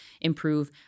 improve